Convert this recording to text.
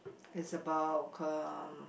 is about um